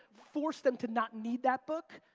force them to not need that book,